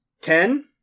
Ten